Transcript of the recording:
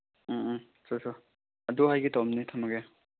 ꯎꯝ ꯎꯝ ꯆꯣ ꯆꯣ ꯑꯗꯨ ꯍꯥꯏꯒꯦ ꯇꯧꯕꯅꯦ ꯊꯝꯃꯒꯦ